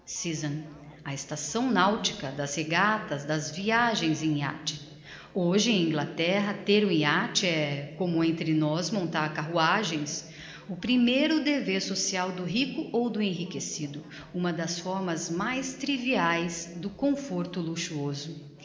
yachting season a estação nautica das regatas das viagens em yacht hoje em inglaterra ter um yacht é como entre nós montar carruagens o primeiro dever social do rico ou do enriquecido uma das fórmas mais triviaes do conforto luxuoso